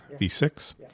V6